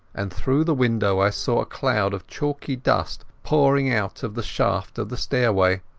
and through the window i saw a cloud of chalky dust pouring out of the shaft of the stairway.